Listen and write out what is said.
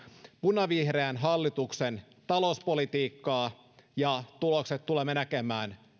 punavihreän hallituksen talouspolitiikkaa ja tulokset tulemme näkemään